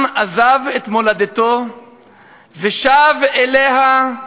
עם עזב את מולדתו ושב אליה,